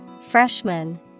Freshman